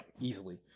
Easily